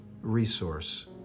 resource